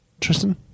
tristan